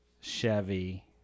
chevy